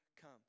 come